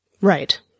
Right